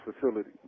facility